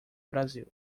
brasil